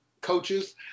coaches